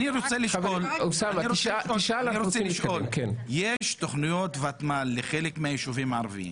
אני רוצה לשאול יש תוכניות ותמ"ל לחלק מהיישובים הערביים